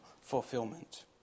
fulfillment